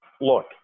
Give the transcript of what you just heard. Look